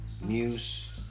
news